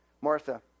Martha